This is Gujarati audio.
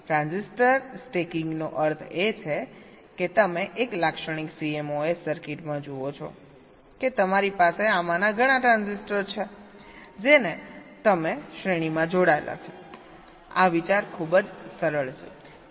ટ્રાન્ઝિસ્ટર સ્ટેકીંગ નો અર્થ છે કે તમે એક લાક્ષણિક CMOS સર્કિટમાં જુઓ છો કે તમારી પાસે આમાંના ઘણા ટ્રાન્ઝિસ્ટર છે જેને તમે શ્રેણીમાં જોડેલા છે આ વિચાર ખૂબ જ સરળ છે